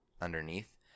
underneath